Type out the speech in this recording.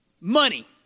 money